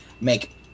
make